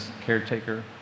caretaker